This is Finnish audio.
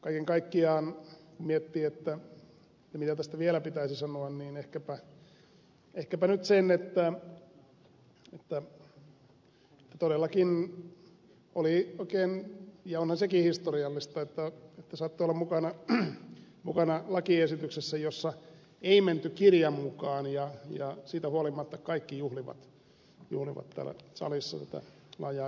kaiken kaikkiaan kun miettii mitä tästä vielä pitäisi sanoa niin ehkäpä nyt se että todellakin oli oikein ja onhan sekin historiallista että saattoi olla mukana lakiesityksessä jossa ei menty kirjan mukaan ja siitä huolimatta kaikki juhlivat täällä salissa tätä laajaa yksimielisyyttä